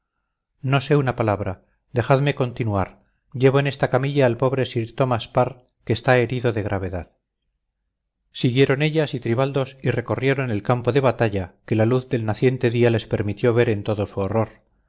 no sé una palabra dejadme continuar llevo en esta camilla al pobre sir thomas parr que está herido de gravedad siguieron ellas y tribaldos y recorrieron el campo de batalla que la luz del naciente día les permitió ver en todo